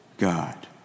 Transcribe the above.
God